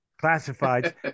classified